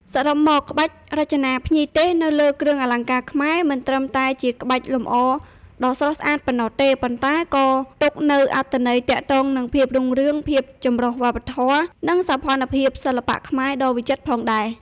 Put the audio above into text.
សរុបមក ក្បាច់រចនាភ្ញីទេសនៅលើគ្រឿងអលង្ការខ្មែរ មិនត្រឹមតែជាក្បាច់លម្អដ៏ស្រស់ស្អាតប៉ុណ្ណោះទេ ប៉ុន្តែក៏ផ្ទុកនូវអត្ថន័យទាក់ទងនឹងភាពរុងរឿង ភាពចម្រុះវប្បធម៌ និងសោភ័ណភាពសិល្បៈខ្មែរដ៏វិចិត្រផងដែរ។